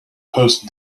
post